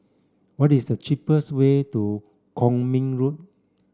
what is the cheapest way to Kwong Min Road